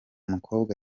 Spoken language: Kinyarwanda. mukobwa